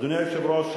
אדוני היושב-ראש,